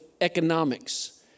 economics